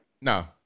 No